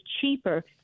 cheaper